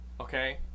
okay